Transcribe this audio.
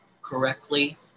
correctly